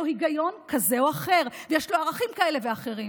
היגיון כזה או אחר ויש לו ערכים כאלה ואחרים,